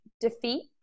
defeat